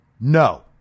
No